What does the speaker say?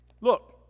look